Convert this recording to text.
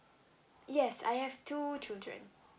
yes I have two children